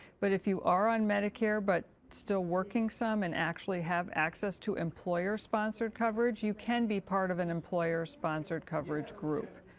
but, if you are on medicare but still working some and actually access to employer sponsored coverage, you can be part of an employer sponsored coverage group.